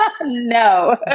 No